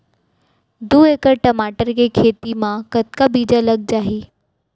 दू एकड़ टमाटर के खेती मा कतका बीजा लग जाही?